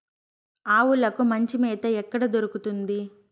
ఆవులకి మంచి మేత ఎక్కడ దొరుకుతుంది?